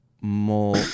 more